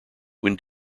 when